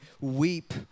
weep